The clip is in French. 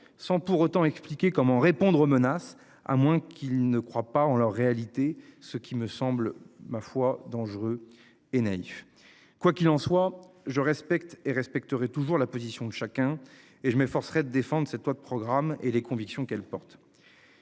sans pour autant expliquer comment répondre aux menaces à moins qu'il ne croit pas en leur réalité. Ce qui me semble, ma foi dangereux et naïf. Quoi qu'il en soit, je respecte et respecterait toujours la position de chacun et je m'efforcerai d'défendent cette loi de programme et les convictions qu'elle porte.